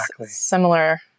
similar